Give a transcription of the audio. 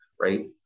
right